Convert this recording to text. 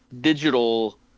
digital